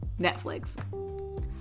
Netflix